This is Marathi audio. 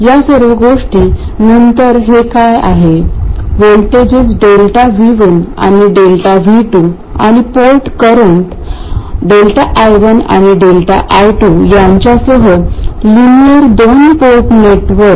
या सर्व गोष्टी नंतर हे काय आहे व्होल्टेजेस ΔV1 आणि ΔV2 आणि पोर्ट करंट ΔI1 आणि ΔI2 यांच्या सह लिनिअर दोन पोर्ट नेटवर्क